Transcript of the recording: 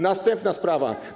Następna sprawa.